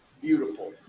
beautiful